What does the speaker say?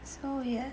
so weird